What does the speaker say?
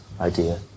idea